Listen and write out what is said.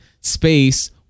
space